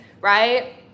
right